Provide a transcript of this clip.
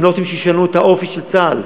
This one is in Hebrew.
הם לא רוצים שישנו את האופי של צה"ל,